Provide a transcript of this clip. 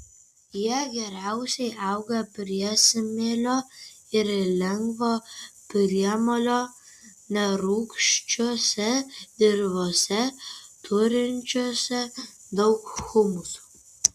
jie geriausiai auga priesmėlio ir lengvo priemolio nerūgščiose dirvose turinčiose daug humuso